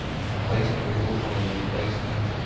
replacement, removal, and replacement.